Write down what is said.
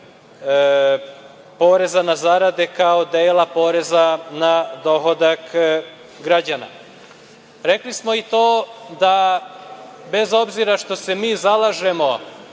poreza na zarade, kao dela poreza na dohodak građana. Rekli smo i to da, bez obzira što se mi zalažemo